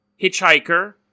hitchhiker